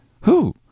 Who